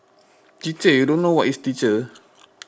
teacher you don't know what is teacher